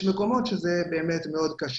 יש מקומות שזה מאוד קשה.